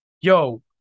Yo